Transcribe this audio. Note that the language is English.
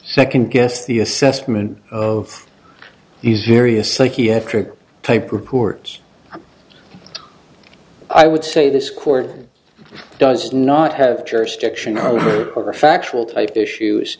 second guess the assessment of these various psychiatric type reports i would say this court does not have jurisdiction are factual type issues